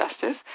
Justice